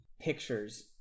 pictures